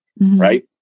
right